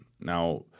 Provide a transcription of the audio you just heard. Now